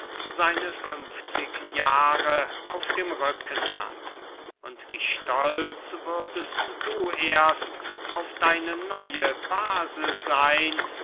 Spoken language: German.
seine funfzig jahre auf dem rücken hat und wie stolz würdest du erst auf deine neue base seyn